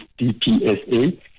DPSA